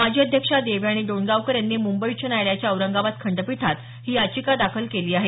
माजी अध्यक्षा देवयाणी डोणगावकर यांनी मुंबई उच्च न्यायालयाच्या औरंगाबाद खंडपीठात ही याचिका दाखल केलेली आहे